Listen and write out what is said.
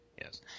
Yes